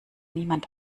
niemand